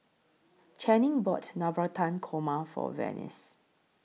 Channing bought Navratan Korma For Venice